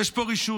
יש פה רשעות.